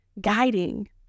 guiding